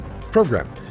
program